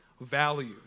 value